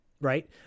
Right